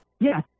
yes